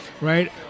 Right